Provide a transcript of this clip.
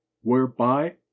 Whereby